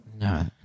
No